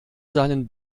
seinen